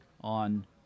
on